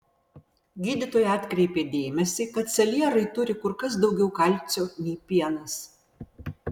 gydytoja atkreipė dėmesį kad salierai turi kur kas daugiau kalcio nei pienas